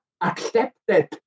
accepted